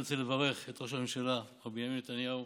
אני רוצה לברך את ראש הממשלה בנימין נתניהו